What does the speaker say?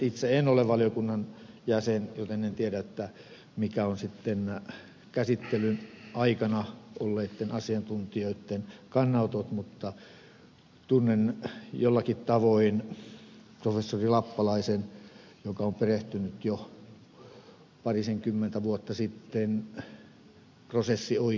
itse en ole valiokunnan jäsen joten en tiedä mitkä ovat sitten käsittelyn aikana olleitten asiantuntijoitten kannanotot mutta tunnen jollakin tavoin professori lappalaisen joka on perehtynyt jo parisenkymmentä vuotta sitten prosessioikeuteen